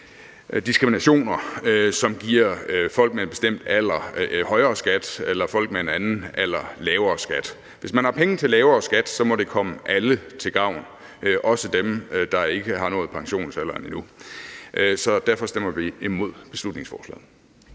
diskriminationer, som giver folk på en bestemt alder højere skat eller folk med en anden alder lavere skat. Hvis man har penge til lavere skat, må det komme alle til gavn, også dem, der ikke har nået pensionsalderen endnu. Derfor stemmer vi imod beslutningsforslaget.